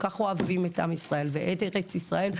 כך אוהבים את עם ישראל ואת ארץ ישראל,